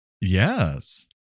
Yes